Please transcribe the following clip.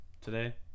today